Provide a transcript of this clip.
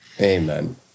Amen